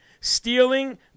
stealing